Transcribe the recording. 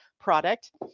product